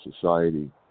society